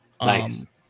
Nice